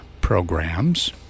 programs